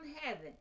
heaven